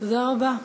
תודה רבה.